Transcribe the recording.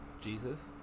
Jesus